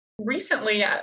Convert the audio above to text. Recently